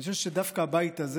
אני חושב שדווקא הבית הזה,